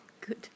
Good